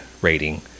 rating